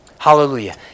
Hallelujah